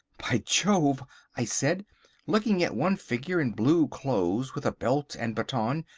by jove i said looking at one figure in blue clothes with a belt and baton,